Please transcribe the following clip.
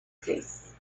place